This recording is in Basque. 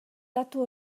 datu